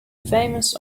famous